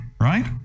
right